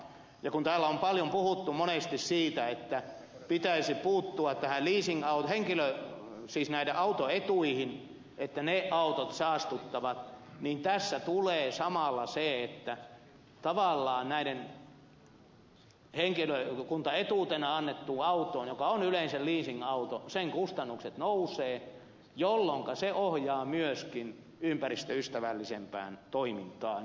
ja kun täällä on monesti puhuttu siitä että pitäisi puuttua näihin autoetuihin että ne autot saastuttavat niin tässä tulee samalla se että tavallaan tämän henkilökuntaetuutena annetun auton joka on yleensä leasingauto kustannukset nousevat jolloinka se ohjaa myöskin ympäristöystävällisempään toimintaan